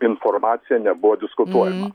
informacija nebuvo diskutuojama